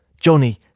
Johnny